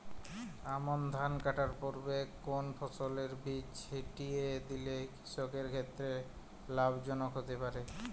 আমন ধান কাটার পূর্বে কোন ফসলের বীজ ছিটিয়ে দিলে কৃষকের ক্ষেত্রে লাভজনক হতে পারে?